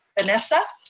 vanessa?